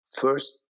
first